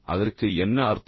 அதற்கு என்ன அர்த்தம்